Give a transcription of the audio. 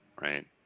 Right